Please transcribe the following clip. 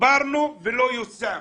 דיברנו ולא יושם,